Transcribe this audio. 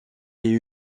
est